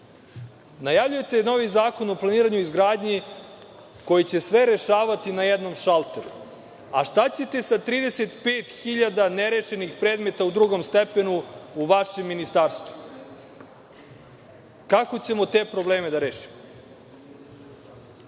katastra. Najavljujete novi zakon o planiranju i izgradnji koji će sve rešavati na jednom šalteru, a šta ćete sa 35 hiljada nerešenih predmeta u drugom stepenu u vašem ministarstvu? Kako ćemo te probleme da